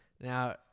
Now